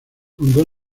fundó